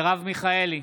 מרב מיכאלי,